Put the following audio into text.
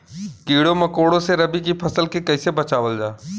कीड़ों मकोड़ों से रबी की फसल के कइसे बचावल जा?